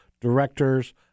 directors